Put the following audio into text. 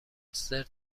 زرت